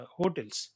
hotels